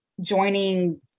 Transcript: joining